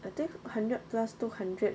I think hundred plus two hundred